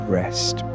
rest